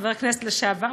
חבר הכנסת לשעבר,